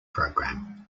program